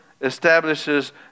establishes